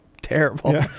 terrible